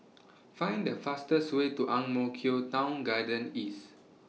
Find The fastest Way to Ang Mo Kio Town Garden East